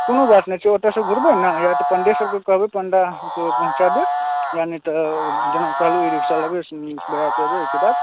कोनो बात नहि छै ओतयसॅं घूरबै ने या तऽ पण्डेसभके कहबै पण्डा अहाँकेॅं पहुँचा देत या नहि तऽ जेना करबै ई रिक्सा लेबै